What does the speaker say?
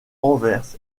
anvers